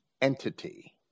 entity